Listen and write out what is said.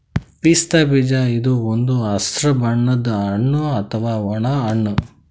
ಪಿಸ್ತಾ ಬೀಜ ಇದು ಒಂದ್ ಹಸ್ರ್ ಬಣ್ಣದ್ ಹಣ್ಣ್ ಅಥವಾ ಒಣ ಹಣ್ಣ್